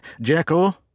Jekyll